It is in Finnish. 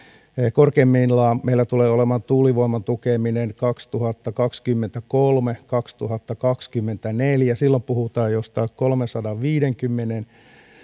korkeimmillaan meillä tulee olemaan tuulivoiman tukeminen kaksituhattakaksikymmentäkolme viiva kaksituhattakaksikymmentäneljä silloin puhutaan jostain kolmensadanviidenkymmenen